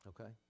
okay